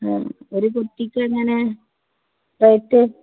ഒരു കുറ്റിക്കെങ്ങനെ റേറ്റ്